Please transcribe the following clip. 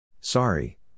Sorry